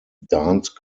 dance